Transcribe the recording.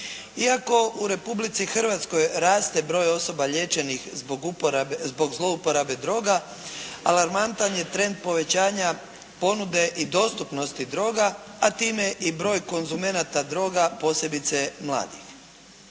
Iako u Republici Hrvatskoj raste broj osoba liječenih zbog zlouporabe droga, alarmantan je trend povećanja ponude i dostupnosti droga, a time i broj konzumenata droga posebice mladih.